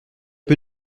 peu